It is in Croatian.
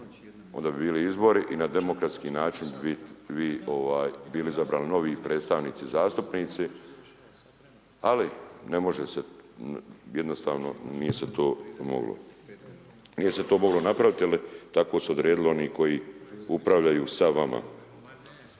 onda bi bili izbori i na demokratski način bi vi ovaj bili izabrani novi predstavnici zastupnici, ali ne može se jednostavno nije se to moglo. Nije se to moglo napraviti jel tako su odredili oni koji upravljaju sa vama.